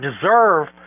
deserve